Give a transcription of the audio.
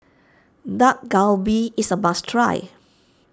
Dak Galbi is a must try